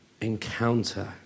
encounter